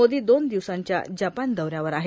मोदी दोन दिवसांच्या जपान दौऱ्यावर आहेत